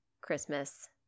Christmas